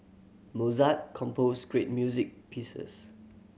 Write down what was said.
Mozart composed great music pieces